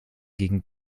gegen